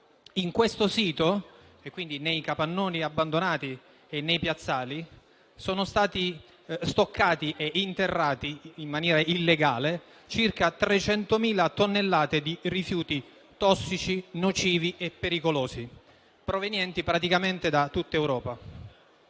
In questo sito e, quindi, nei capannoni abbandonati e nei piazzali, sono stati stoccati e interrati in maniera illegale circa 300.000 tonnellate di rifiuti tossici, nocivi e pericolosi, provenienti praticamente da tutta Europa.